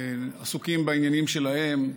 עסוקים בעניינים שלהם,